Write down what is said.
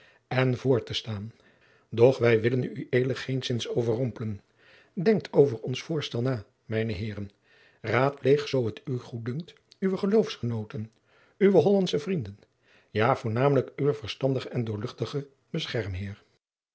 en voor te staan doch wij willen ued geenszins overrompelen denkt over ons voorstel na mijne heeren raadpleegt zoo t u goeddunkt uwe geloofsgenooten uwe hollandsche vrienden ja voornamelijk uwen verstandigen en